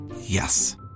Yes